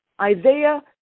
Isaiah